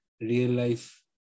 real-life